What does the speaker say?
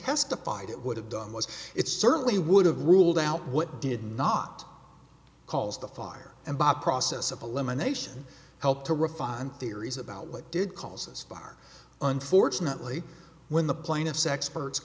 testified it would have done was it certainly would have ruled out what did not cause the fire and by process of elimination help to refine theories about what did cause as far unfortunately when the plaintiff's experts